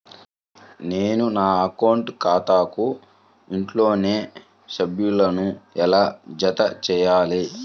నేను నా అకౌంట్ ఖాతాకు ఇంట్లోని సభ్యులను ఎలా జతచేయాలి?